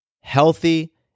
Healthy